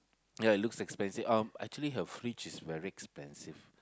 ya it looks expensive um actually her fridge is very expensive